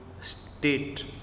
state